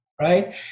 right